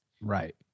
Right